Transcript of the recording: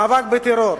מאבק בטרור,